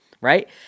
right